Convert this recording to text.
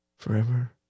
Forever